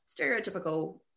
stereotypical